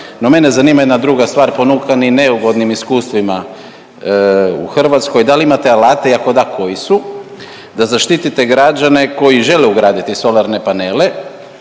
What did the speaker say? no mene zanima jedna druga stvar. Ponukani neugodnim iskustvima u Hrvatskoj da li imate alate i ako da koji su da zaštite građane koji žele ugraditi solarne panele,